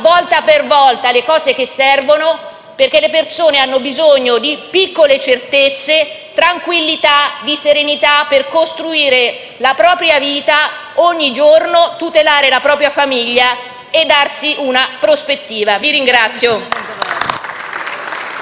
volta per volta le cose che servono, perché le persone hanno bisogno di piccole certezze, di tranquillità e di serenità, per costruire la propria vita ogni giorno, tutelare la propria famiglia e darsi una prospettiva. *(Applausi